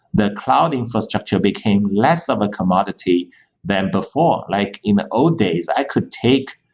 the cloud infrastructure became less of a commodity than before. like in the old days, i could take,